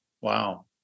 Wow